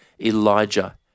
Elijah